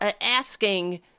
asking